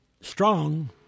Strong